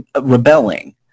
rebelling